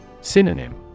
Synonym